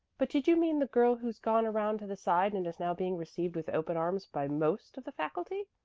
but did you mean the girl who's gone around to the side and is now being received with open arms by most of the faculty?